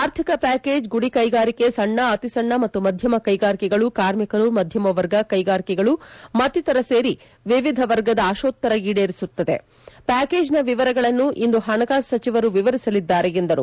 ಆರ್ಥಿಕ ಪ್ಲಾಕೇಜ್ ಗುಡಿ ಕೈಗಾರಿಕೆ ಸಣ್ಣ ಅತಿಸಣ್ಣ ಮತ್ತು ಮಧ್ಯಮ ಕೈಗಾರಿಕೆಗಳು ಕಾರ್ಮಿಕರು ಮಧ್ಯಮವರ್ಗ ಕ್ಕೆಗಾರಿಕೆಗಳು ಮತ್ತಿತರ ಸೇರಿ ವಿವಿಧ ವರ್ಗದ ಆಶೋತ್ತರ ಈಡೇರಿಸುತ್ತದೆ ಪ್ಲಾಕೇಜ್ನ ವಿವರಗಳನ್ನು ಇಂದು ಪಣಕಾಸು ಸಚಿವರು ವಿವರಿಸಲಿದ್ದಾರೆ ಎಂದರು